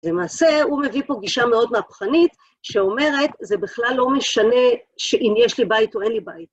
למעשה, הוא מביא פה גישה מאוד מהפכנית, שאומרת, זה בכלל לא משנה שאם יש לי בית או אין לי בית.